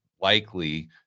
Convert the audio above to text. likely